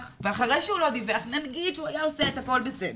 ואחרי שהוא לא דיווח ונגיד שהוא היה עושה את הכל בסדר,